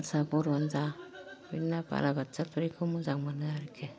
हारसा बर'आनो जा बे ना बालाबाथिया थुरिखौ मोजां मोनो आरोखि